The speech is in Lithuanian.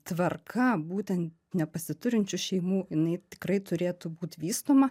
tvarka būtent nepasiturinčių šeimų jinai tikrai turėtų būt vystoma